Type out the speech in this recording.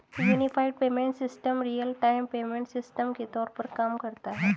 unified payment system real time payment system के तौर पर काम करता है